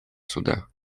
суда